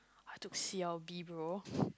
I took C_L_B bro